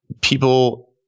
people